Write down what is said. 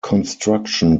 construction